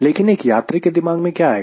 लेकिन एक यात्री के दिमाग में क्या आएगा